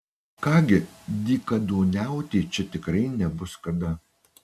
ką gi dykaduoniauti čia tikrai nebus kada